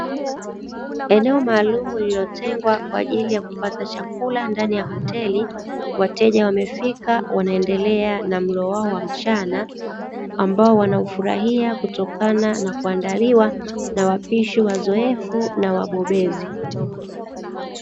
Eneo maalum lililotengwa kwa ajili ya kupata chakula ndani ya hoteli, wateja wamefika wanaendelea na mlo wao wa mchana ambao wanaufurahia kutokana na kuandaliwa na wapishi wazoefu na wabobezi.